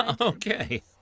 Okay